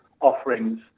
offerings